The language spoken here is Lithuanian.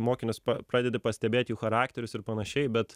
mokinius pradedi pastebėt jų charakterius ir panašiai bet